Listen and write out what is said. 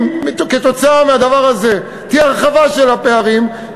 אם כתוצאה מהדבר הזה תהיה הרחבה של הפערים,